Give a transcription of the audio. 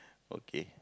okay